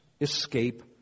escape